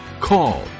call